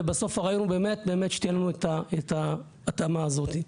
ובסוף הרעיון הוא שתהיה לנו ההתאמה הזאת.